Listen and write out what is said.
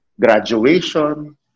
graduation